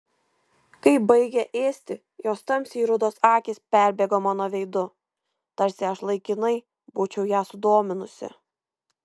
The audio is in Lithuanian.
kai baigė ėsti jos tamsiai rudos akys perbėgo mano veidu tarsi aš laikinai būčiau ją sudominusi